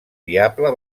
diable